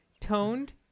toned